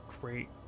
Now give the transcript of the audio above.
Great